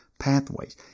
pathways